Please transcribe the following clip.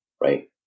right